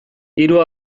hiru